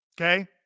Okay